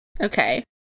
Okay